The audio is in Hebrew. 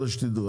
זה שתדעו,